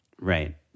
Right